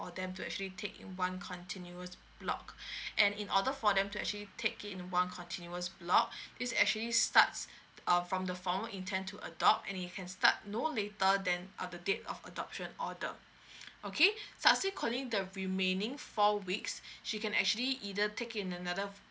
for them to actually take in one continuous block and in order for them to actually take it in one continuous block this actually starts uh from the formal intend to adopt and it can start no later than other date of adoption order okay subsequently the remaining four weeks she can actually either take in another